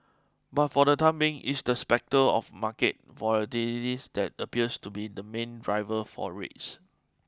but for the time being it's the spectre of market volatility that appears to be the main driver for rates